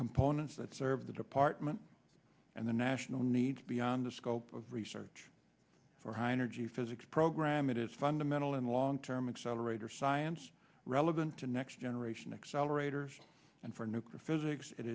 components that serve the department and the national needs beyond the scope of research for high energy physics program it is fundamental in the long term exaggerator science relevant to next generation accelerators and for nuclear physics